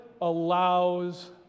allows